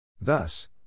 Thus